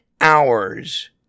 hours